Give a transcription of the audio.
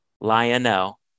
Lionel